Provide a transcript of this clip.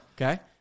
Okay